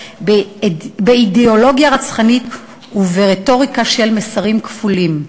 באידיאולוגיה רצחנית וברטוריקה של מסרים כפולים.